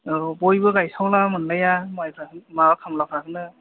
औ बयबो गायसावब्ला मोनलाया माइफ्रा माबा खामलाफ्राखौनो